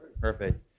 Perfect